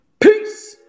Peace